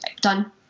done